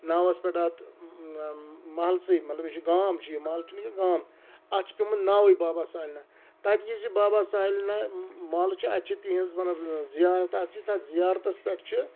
ناوَس پٮ۪ٹھ اَتھ محلسٕے مطلب یہِ چھُ گام چھِ یہِ محلہٕ چھُنہٕ یہِ گام اَتھ چھِ پیٚومُت ناوٕے بابا سالنہ تَتہِ یُس یہِ بابا سالنہ محلہٕ چھُ اَتہِ چھِ تِہِنٛز مطلب زیارت اَکھ چھِ تَتھ زیارتَس پٮ۪ٹھ چھُ